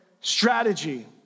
strategy